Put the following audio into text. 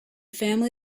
family